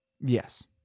Yes